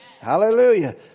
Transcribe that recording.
Hallelujah